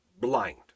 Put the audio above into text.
blind